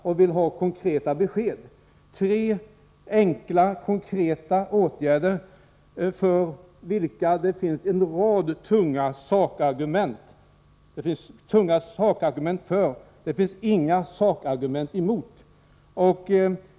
Nu vill jag ha konkreta besked om tre enkla, konkreta åtgärder, vilka det finns en rad tunga sakargument för och inga sakargument emot.